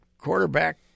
quarterback